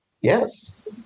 Yes